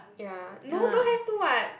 ya no don't have to [what]